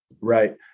Right